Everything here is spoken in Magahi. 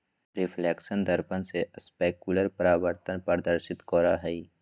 रिफ्लेक्शन दर्पण से स्पेक्युलर परावर्तन प्रदर्शित करो हइ